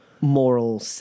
moral